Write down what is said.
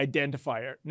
Identifier